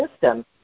system